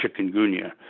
chikungunya